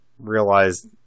Realized